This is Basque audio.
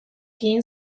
egin